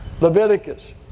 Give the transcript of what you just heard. Leviticus